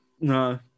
No